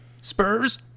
Spurs